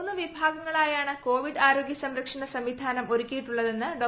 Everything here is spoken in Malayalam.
മൂന്നു വിഭാഗങ്ങളായാണ് കോവിഡ് ആരോഗ്യസംരക്ഷണ സംവിധാനം ഒരുക്കിയിട്ടുള്ളതെന്ന് ഡോ